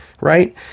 right